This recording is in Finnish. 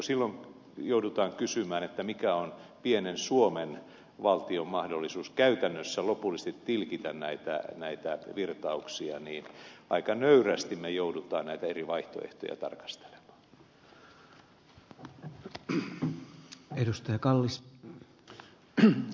silloin joudutaan kysymään mikä on pienen suomen valtion mahdollisuus käytännössä lopullisesti tilkitä näitä virtauksia ja aika nöyrästi me joudumme näitä eri vaihtoehtoja tarkastelemaan